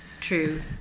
true